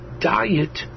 diet